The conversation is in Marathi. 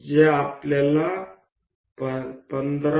जे आपल्याला 15